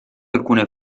alcune